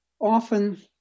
Often